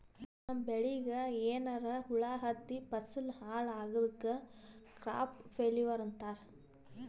ನಮ್ಮ್ ಬೆಳಿಗ್ ಏನ್ರಾ ಹುಳಾ ಹತ್ತಿ ಫಸಲ್ ಹಾಳ್ ಆಗಾದಕ್ ಕ್ರಾಪ್ ಫೇಲ್ಯೂರ್ ಅಂತಾರ್